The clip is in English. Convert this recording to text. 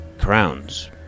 crowns